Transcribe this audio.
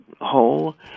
whole